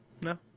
no